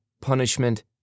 punishment